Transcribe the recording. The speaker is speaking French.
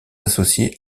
associée